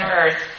earth